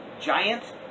giant